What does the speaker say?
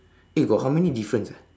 eh got how many difference ah